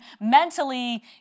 mentally